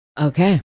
Okay